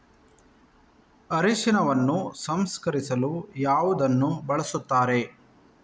ಅರಿಶಿನವನ್ನು ಸಂಸ್ಕರಿಸಲು ಯಾವುದನ್ನು ಬಳಸುತ್ತಾರೆ?